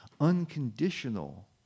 Unconditional